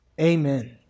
Amen